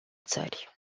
țări